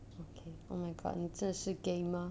okay oh my god 你真的是 gamer